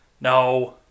No